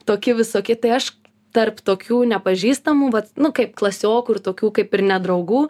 toki visoki tai aš tarp tokių nepažįstamų vat nu kaip klasiokų ir tokių kaip ir nedraugų